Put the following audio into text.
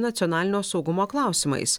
nacionalinio saugumo klausimais